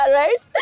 right